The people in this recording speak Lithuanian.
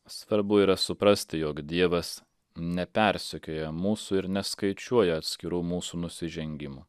svarbu yra suprasti jog dievas nepersekioja mūsų ir neskaičiuoja atskirų mūsų nusižengimų